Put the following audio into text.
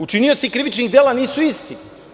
Učinioci krivičnih dela nisu isti.